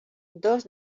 dos